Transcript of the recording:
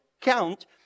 count